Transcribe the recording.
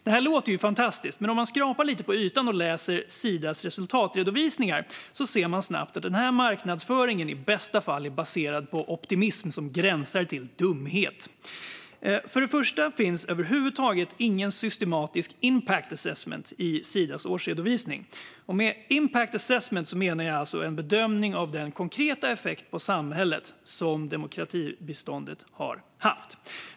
Detta låter ju fantastiskt, men om man skrapar lite på ytan och läser Sidas resultatredovisningar ser man snabbt att denna marknadsföring i bästa fall är baserad på optimism som gränsar till dumhet. För det första finns över huvud taget ingen systematisk impact assessment i Sidas årsredovisning. Med impact assessment menar jag en bedömning av den konkreta effekt på samhället som demokratibiståndet har haft.